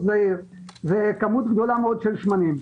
זעיר כרוכה בכמות גדולה מאוד של שמנים.